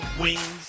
wings